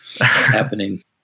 happening